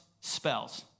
spells